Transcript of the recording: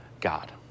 God